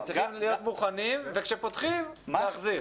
הם צריכים להיות מוכנים, וכשפותחים, להחזיר.